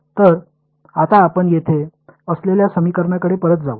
तर आता आपण येथे असलेल्या समीकरणाकडे परत जाऊ